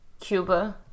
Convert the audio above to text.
cuba